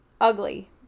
Ugly